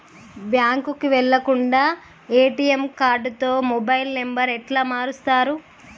బ్యాంకుకి వెళ్లకుండా ఎ.టి.ఎమ్ కార్డుతో మొబైల్ నంబర్ ఎట్ల మారుస్తరు?